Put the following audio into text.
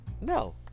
no